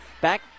Back